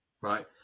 right